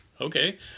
okay